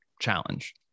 challenge